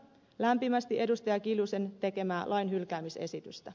anneli kiljusen tekemää lain hylkäämisesitystä